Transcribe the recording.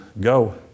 go